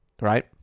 right